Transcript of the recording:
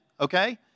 okay